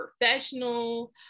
professional